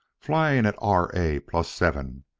flying at r. a. plus seven.